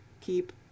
keep